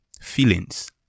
Feelings